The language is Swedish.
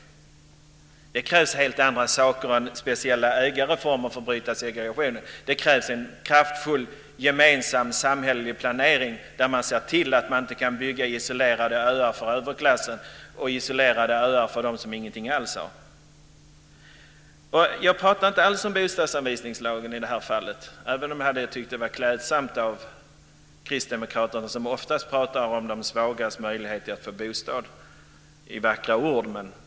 Det krävs helt andra saker än speciella ägarreformer för att bryta segregationen. Det krävs en kraftfull, gemensam, samhällelig planering där man ser till att det inte går att bygga isolerade öar för överklassen och isolerade öar för dem som ingenting alls har. Jag pratar inte alls om bostadsanvisningslagen i det här fallet även om jag tycker att detta hade varit klädsamt av Kristdemokraterna, som ofta pratar om de svagas möjlighet att få bostad med vackra ord.